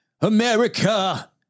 America